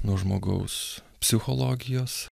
nuo žmogaus psichologijos